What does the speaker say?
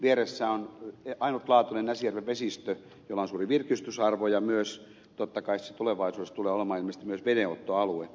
vieressä on ainutlaatuinen näsijärven vesistö jolla on suuri virkistysarvo ja totta kai se tulevaisuudessa tulee olemaan ilmeisesti myös vedenottoalue